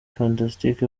fantastic